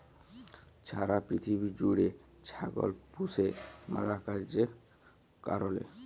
ছারা পিথিবী জ্যুইড়ে ছাগল পুষে ম্যালা কাজের কারলে